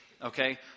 okay